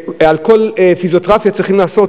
על כל טיפול פיזיותרפי שהם צריכים לעשות,